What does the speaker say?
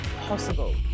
possible